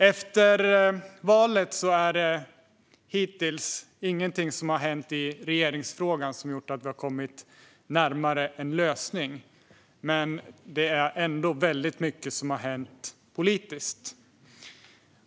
Efter valet har hittills ingenting hänt i regeringsfrågan som har gjort att vi har kommit närmare en lösning, men väldigt mycket har ändå hänt politiskt.